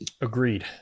Agreed